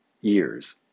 years